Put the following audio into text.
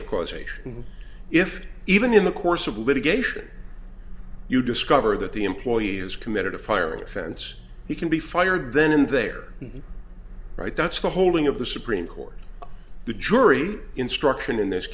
of causation if even in the course of litigation you discover that the employee has committed a firing offense he can be fired then in their right that's the holding of the supreme court the jury instruction in this